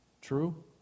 True